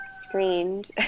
screened